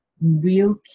real